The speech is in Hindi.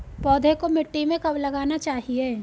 पौधे को मिट्टी में कब लगाना चाहिए?